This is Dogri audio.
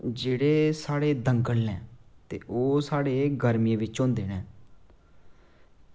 जेह्ड़े साढ़े दंगल न ते ओह् साढ़े गर्मी बिच होंदे न